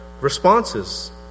responses